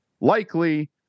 likely